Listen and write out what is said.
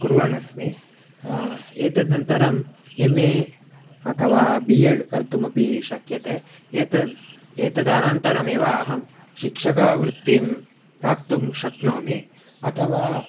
कुर्वन्नस्मि एतदनन्तरम् M A अथवा बी एड् कर्तुमपि शक्यते एतद् एतदनन्तरमेव अहं शिक्षकवृत्तिं प्राप्तुं शक्नोमि अथवा